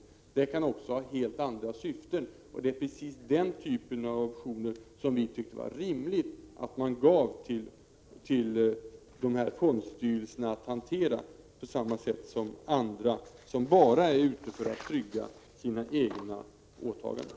Optioner kan också fylla helt andra syften, och det är den typen av optioner som det är rimligt att dessa fondstyrelser ges att hantera på samma sätt som andra placerare, som är ute för att trygga sina åtaganden.